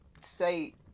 say